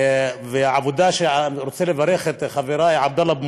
ואני רוצה לברך את חברי עבדאללה אבו